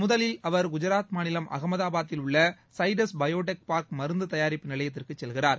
முதலில் அவர் குஜராத் மாநிலம் அகமதாபாத்தில் உள்ள சைடஸ் சடில்லா மருந்து தயாரிப்பு நிலையத்திற்கு செல்கிறார்